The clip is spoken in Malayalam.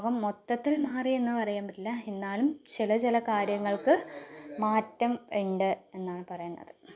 ലോകം മൊത്തത്തിൽ മാറിയെന്ന് പറയാൻ പറ്റില്ല എന്നാലും ചില ചില കാര്യങ്ങൾക്ക് മാറ്റം ഉണ്ട് എന്നാണ് പറയാനുള്ളത്